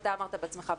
אתה אמרת בעצמך,